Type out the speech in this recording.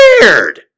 weird